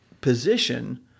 position